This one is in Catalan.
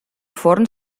forn